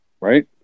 right